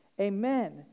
Amen